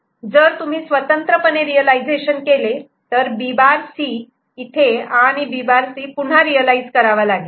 जर तुम्ही स्वतंत्रपणे रियलायझेशन केले तर B' C इथे आणि B' C पुन्हा रियलायझ करावा लागेल